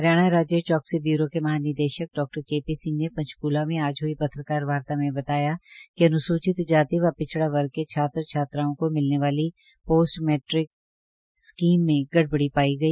हरियाणा राज्य चौकसी ब्यरों के महानिदेश्क डा के पी सिंह ने पंचकूला में आज पत्रकार वार्ता में बताया कि अन्सूचित जाति व पिछड़ा वर्ग के छात्र छात्राओं को मिलने वाली पोस्ट मैट्रिक स्कीम मे गड़बड़ी पाई गई